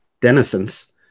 denizens